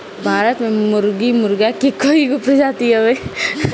भारत में मुर्गी मुर्गा के कइगो प्रजाति हवे